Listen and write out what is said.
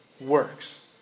works